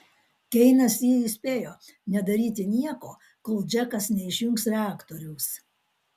keinas jį įspėjo nedaryti nieko kol džekas neišjungs reaktoriaus